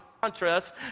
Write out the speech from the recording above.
contrast